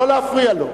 לא להפריע לו.